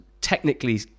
technically